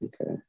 Okay